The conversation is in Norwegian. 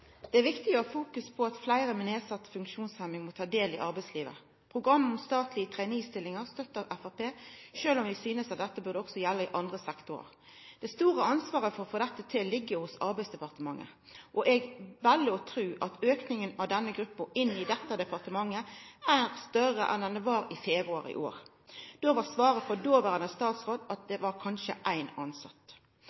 Det er viktig å ha fokus på at fleire med nedsett funksjonsevne må ta del i arbeidslivet. Framstegspartiet stør program om statleg traineestillingar, sjølv om vi synest at dette òg burde gjelda i andre sektorar. Det store ansvaret for å få dette til, ligg hos Arbeidsdepartementet. Eg vel å tru at aukinga av denne gruppa i dette departementet, er større enn ho var i februar i år. Då var svaret frå dåverande statsråd at